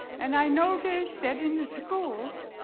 and i noticed that in the schools,